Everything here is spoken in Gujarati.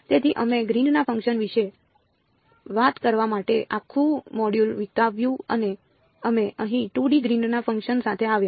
તેથી અમે ગ્રીનના ફંક્શન વિશે વાત કરવા માટે આખું મોડ્યુલ વિતાવ્યું અને અમે અહીં 2D ગ્રીનના ફંક્શન સાથે આવ્યા